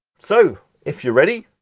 so if you're ready,